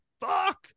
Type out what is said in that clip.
fuck